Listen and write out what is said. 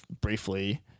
briefly